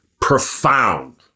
profound